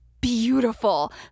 beautiful